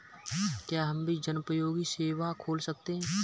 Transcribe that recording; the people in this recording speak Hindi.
क्या हम भी जनोपयोगी सेवा खोल सकते हैं?